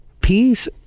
peace